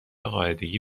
قاعدگی